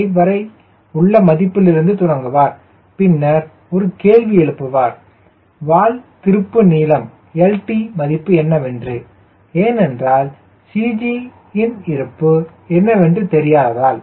8 வரை உள்ள மதிப்பிலிருந்து தொடங்குகிறார் பின்னர் ஒரு கேள்வி எழுப்புவார் வால் திருப்பு நீளம் lt மதிப்பு என்னவென்று ஏனென்றால் CG என் இருப்பு என்னவென்று தெரியாததால்